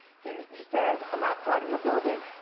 he he says, i'm outside of your building.